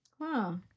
Wow